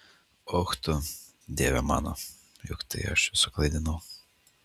och tu dieve mano juk tai aš jus suklaidinau